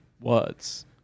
words